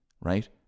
right